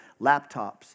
laptops